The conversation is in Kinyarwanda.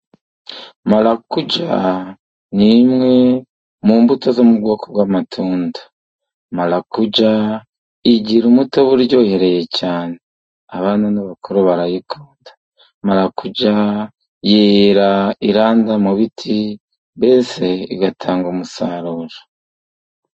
Marakuja ni imwe mu mbuto zo mu bwoko bw'amatunda. Marakuja igira umutobe uryohereye cyane, abana n'abakuru barayikunda. Marakuja yera iranda mu biti, mbese igatanga umusaruro.